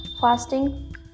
Fasting